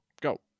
go